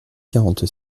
quarante